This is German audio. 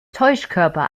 täuschkörper